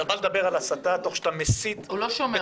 אתה בא לדבר על הסתה תוך שאתה מסית ------ הוא